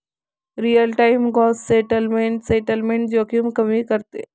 real time gross settlement settlement जोखीम कमी करते